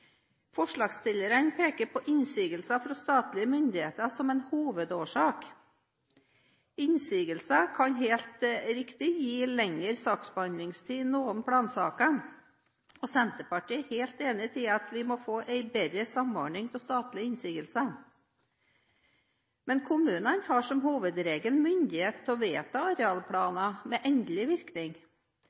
Forslagsstillerne peker på innsigelser fra statlige myndigheter som en hovedårsak. Innsigelser kan helt riktig gi lengre saksbehandlingstid i noen plansaker, og Senterpartiet er helt enig i at vi må få en bedre samordning av statlige innsigelser. Men kommunene har som hovedregel myndighet til å vedta arealplaner med endelig virkning.